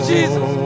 Jesus